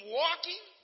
walking